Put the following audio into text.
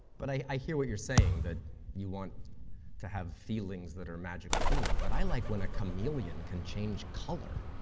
but i hear what you're saying. that you want to have feelings that are magical feelings. but i like when a chameleon can change color.